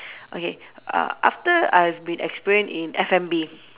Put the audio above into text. okay uh after I've been experienced in F&B